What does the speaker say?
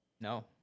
no